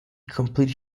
complete